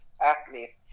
athlete